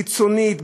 קיצונית,